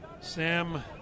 Sam